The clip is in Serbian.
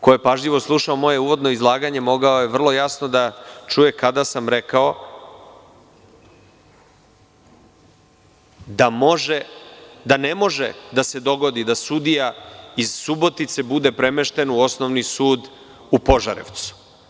Ko je pažljivo slušao moje uvodno izlaganje mogao je vrlo jasno da čuje kada sam rekao da ne može da se dogodi da sudija iz Subotice bude premešten u Osnovni sud u Požarevcu.